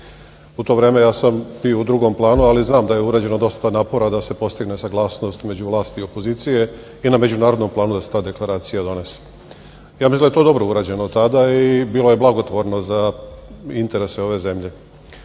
U to vreme ja sam bio u drugom planu, ali znam da je urađeno dosta napora da se postigne saglasnost među vlasti i opozicije i međunarodnom planu da se ta deklaracija donese. Ja mislim da je to dobro urađeno tada i bilo je blagotvorno za interese ove zemlje. Hoću